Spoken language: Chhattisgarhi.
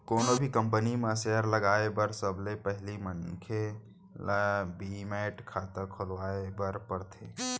कोनो भी कंपनी म सेयर लगाए बर सबले पहिली मनखे ल डीमैट खाता खोलवाए बर परथे